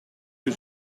que